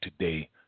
today